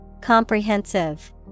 Comprehensive